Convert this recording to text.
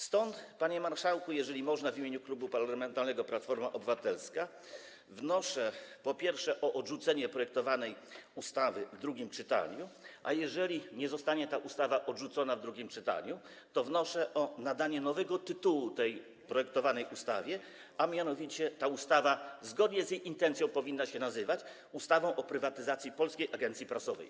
Stąd, panie marszałku, jeżeli można, w imieniu Klubu Parlamentarnego Platforma Obywatelska wnoszę o odrzucenie projektowanej ustawy w drugim czytaniu, a jeżeli nie zostanie ta ustawa odrzucona w drugim czytaniu, to wnoszę o nadanie nowego tytułu tej projektowanej ustawie, a mianowicie ta ustawa, zgodnie z jej intencją, powinna się nazywać ustawą o prywatyzacji Polskiej Agencji Prasowej.